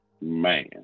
Man